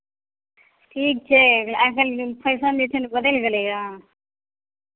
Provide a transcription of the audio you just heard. ठीक छै आइ काल्हि फैशन जे छै ने बदलि गेलैए